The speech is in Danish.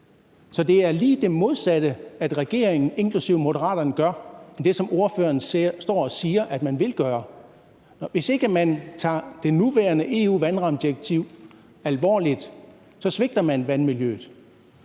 EU-vandrammedirektiv, så regeringen inklusive Moderaterne gør lige det modsatte af, hvad ordføreren står og siger at man vil gøre. Hvis ikke man tager det nuværende EU-vandrammedirektiv alvorligt, svigter man vandmiljøet.